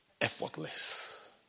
Effortless